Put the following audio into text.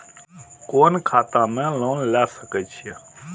कोन खाता में लोन ले सके छिये?